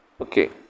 Okay